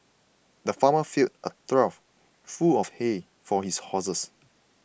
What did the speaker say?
the farmer filled a trough full of hay for his horses